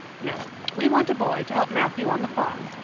no. we want a boy to help matthew on the farm.